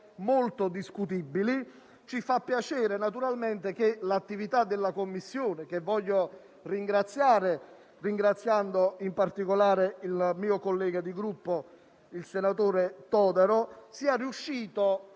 molto discutibili. Ci fa piacere naturalmente che l'attività della Commissione, che voglio ringraziare - e mi riferisco in particolare al mio collega di Gruppo, senatore Totaro - sia riuscita